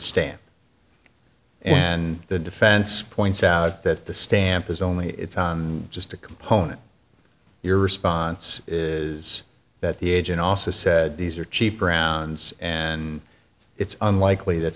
stand and the defense points out that the stamp is only just a component your response is that the agent also said these are cheap rounds and it's unlikely that